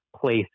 place